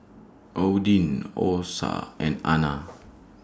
Odin Osa and Ana